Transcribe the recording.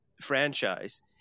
franchise